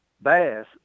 bass